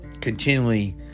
continually